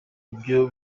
ivyo